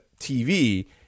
TV